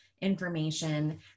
information